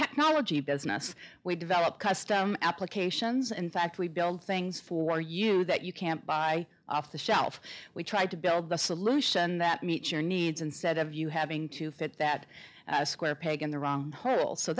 technology business we develop custom applications in fact we build things for you that you can't buy off the shelf we try to build the solution that meets your needs and set of you having to fit that square peg in the wrong